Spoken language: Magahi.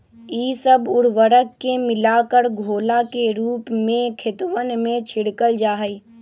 ई सब उर्वरक के मिलाकर घोला के रूप में खेतवन में छिड़कल जाहई